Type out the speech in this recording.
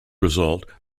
result